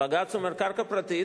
בג"ץ אומר: קרקע פרטית?